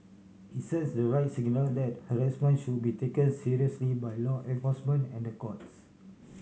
it sends the right signal that harassment should be taken seriously by law enforcement and the courts